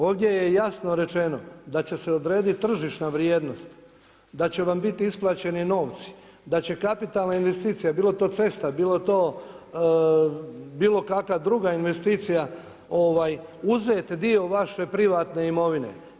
Ovdje je jasno rečeno, da će se odrediti tržišna vrijednost, da će vam biti isplaćeni novci, da će kapitalna investicija, bilo to cesta, bilo to bilo kakva druga investicija, uzet dio vaše privatne imovine.